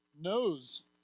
knows